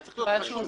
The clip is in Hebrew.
זה צריך להיות כתוב.